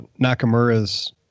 Nakamura's